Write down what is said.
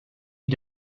you